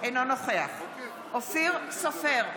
אינו נוכח אופיר סופר,